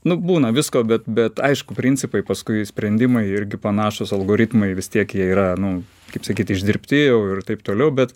nu būna visko bet bet aišku principai paskui sprendimai irgi panašūs algoritmai vis tiek jie yra nu kaip sakyt išdirbti jau ir taip toliau bet